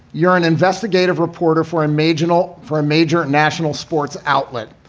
you're an investigative reporter for imaginal for a major national sports outlet.